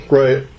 right